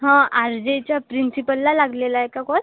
हं आलजेच्या प्रिन्सिपलला लागलेला आहे का कॉल